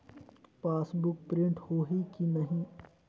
Passbook print होही कि नहीं?